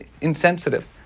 insensitive